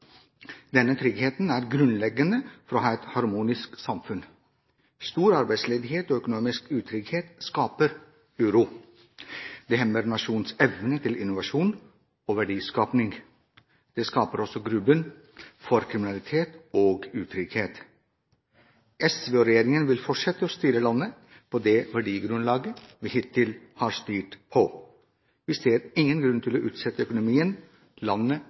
Denne tryggheten er grunnleggende for å ha et harmonisk samfunn. Stor arbeidsledighet og økonomisk utrygghet skaper uro. Det hemmer nasjonens evne til innovasjon og verdiskapning. Det skaper også grobunn for kriminalitet og utrygghet. SV og regjeringen vil fortsette å styre landet på det verdigrunnlaget vi hittil har styrt på. Vi ser ingen grunn til å utsette økonomien, landet